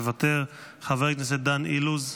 מוותר, חבר הכנסת דן אילוז,